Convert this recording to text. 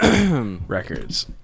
records